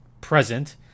present